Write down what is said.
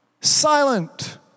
silent